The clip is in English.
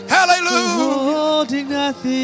Hallelujah